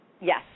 Yes